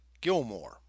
Gilmore